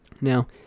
Now